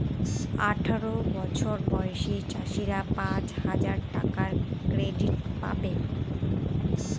আঠারো বছর বয়সী চাষীরা পাঁচ হাজার টাকার ক্রেডিট পাবে